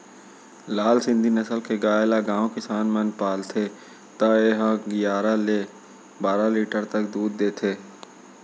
लाल सिंघी नसल के गाय ल गॉँव किसान मन पालथे त ए ह गियारा ले बारा लीटर तक दूद देथे